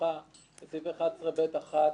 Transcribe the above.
ברשותך לסעיף 11(ב)(1)